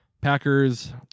Packers